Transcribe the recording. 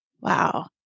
Wow